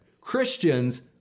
Christians